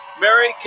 Mary